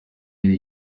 yari